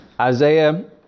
Isaiah